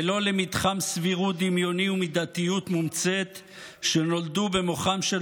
ולא למתחם סבירות דמיוני ומידתיות מומצאת שנולדו במוחם של